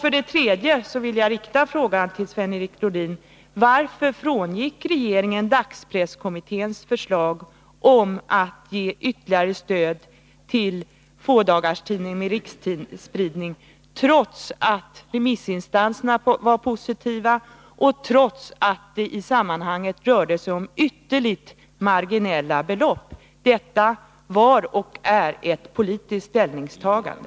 För det tredje vill jag rikta frågan till Sven-Erik Nordin: Varför frångick regeringen dagspresskommitténs förslag om att ge ytterligare stöd till Nr 118 fådagarstidningar med riksspridning, trots att remissinstanserna var positiva och trots att det i sammanhanget rörde sig om ytterligt marginella belopp? Detta var och är ett politiskt ställningstagande.